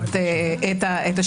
מיוחדים